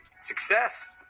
Success